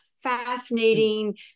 fascinating